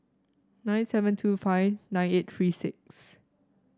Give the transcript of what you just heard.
nine seven two five nine eight three six